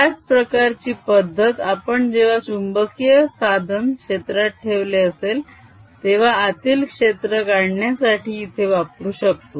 त्याच प्रकारची पद्धत आपण जेव्हा चुंबकीय साधन क्षेत्रात ठेवले असेल तेव्हा आतील क्षेत्र काढण्यासाठी इथे वापरू शकतो